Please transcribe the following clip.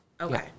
Okay